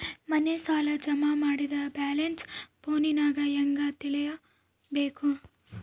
ಮನೆ ಸಾಲ ಜಮಾ ಮಾಡಿದ ಬ್ಯಾಲೆನ್ಸ್ ಫೋನಿನಾಗ ಹೆಂಗ ತಿಳೇಬೇಕು?